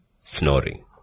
snoring